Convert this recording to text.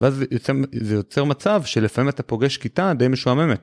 ואז זה יוצר מצב שלפעמים אתה פוגש כיתה די משועממת.